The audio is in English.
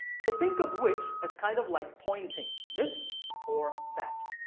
so think of which as kind of like pointing this or that.